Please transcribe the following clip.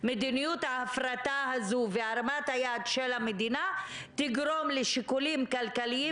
מדיניות ההפרטה הזו והרמת היד של המדינה תגרום לשיקולים כלכליים